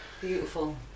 beautiful